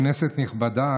כנסת נכבדה,